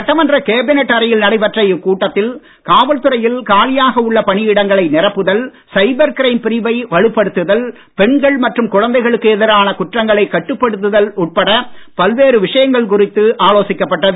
சட்டமன்ற கேபினட் அறையில் நடைபெற்ற இக் கூட்டத்தில் காவல்துறையில் காலியாக உள்ள பணியிடங்களை நிரப்புதல் சைபர்கிரைம் பிரிவை வலுப்படுத்துதல் பெண்கள் மற்றும் குழந்தைகளுக்கு எதிரான குற்றங்களை கட்டுப்படுத்துதல் உட்பட பல்வேறு விஷயங்கள் குறித்து ஆலோசிக்கப்பட்டது